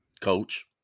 coach